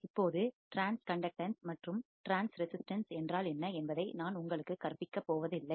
இப்போது டிரான்ஸ்கண்டக்டன்ஸ் மற்றும் ட்ரான்ஸ்ரெசிஸ்டன்ஸ் என்றால் என்ன என்பதை நான் உங்களுக்கு கற்பிக்கப் போவதில்லை